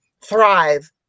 thrive